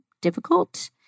difficult